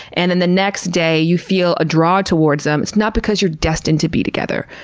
and then the next day you feel a draw towards them, it's not because you're destined to be together.